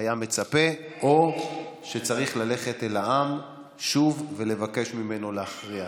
היה מצפה או שצריך ללכת אל העם שוב ולבקש ממנו להכריע.